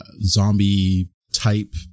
zombie-type